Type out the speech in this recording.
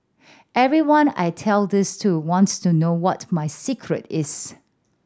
everyone I tell this to wants to know what my secret is